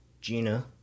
Gina